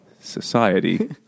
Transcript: society